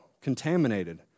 contaminated